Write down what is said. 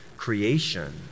Creation